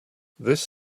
this